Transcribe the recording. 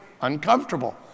uncomfortable